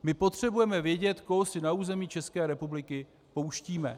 My potřebujeme vědět, koho si na území České republiky pouštíme.